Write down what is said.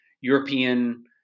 European